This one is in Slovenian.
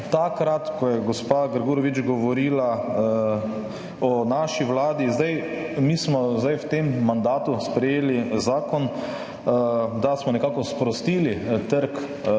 Takrat ko je gospa Grgurevič govorila o naši vladi, mi smo zdaj v tem mandatu sprejeli zakon, da smo nekako sprostili trg tuje